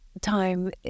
time